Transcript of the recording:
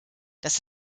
das